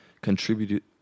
contribute